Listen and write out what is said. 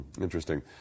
Interesting